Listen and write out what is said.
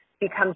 become